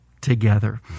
together